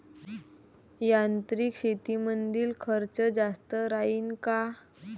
यांत्रिक शेतीमंदील खर्च जास्त राहीन का?